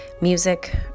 music